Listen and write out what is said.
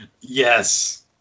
Yes